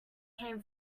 came